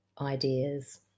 ideas